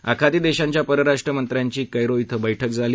आखाती देशांच्या परराष्ट्र मंत्र्यांची कैरो इथं बैठक झाली